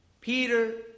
Peter